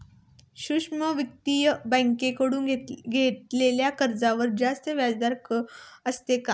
सूक्ष्म वित्तीय बँकेकडून घेतलेल्या कर्जावर जास्त व्याजदर असतो का?